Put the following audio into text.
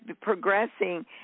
progressing